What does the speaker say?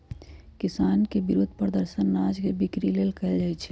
किसान के विरोध प्रदर्शन अनाज के बिक्री लेल कएल जाइ छै